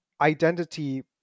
identity